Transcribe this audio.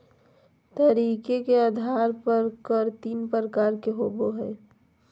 तरीके के आधार पर कर तीन प्रकार के होबो हइ